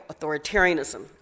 authoritarianism